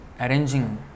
arranging